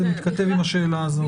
זה מתכתב עם השאלה הזאת.